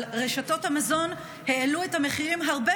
אבל רשתות המזון העלו את המחירים הרבה